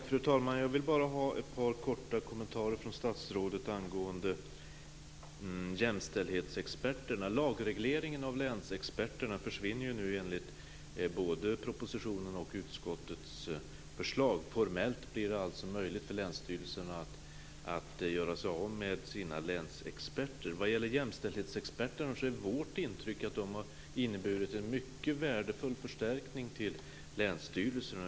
Fru talman! Jag skulle vilja ha ett par korta kommentarer från statsrådet angående jämställdhetsexperterna. Lagregleringen av länsexperterna försvinner ju enligt både propositionens och utskottets förslag. Formellt blir det alltså möjligt för länsstyrelserna att göra sig av med sina länsexperter. Vad gäller jämställdhetsexperterna är det vårt intryck att de har inneburit en mycket värdefull förstärkning till länsstyrelserna.